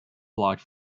blocked